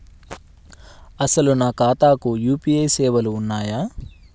అసలు నా ఖాతాకు యూ.పీ.ఐ సేవలు ఉన్నాయా?